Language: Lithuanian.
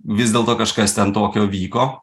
vis dėlto kažkas ten tokio vyko